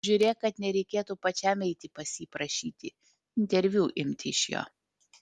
žiūrėk kad nereikėtų pačiam eiti pas jį prašyti interviu imti iš jo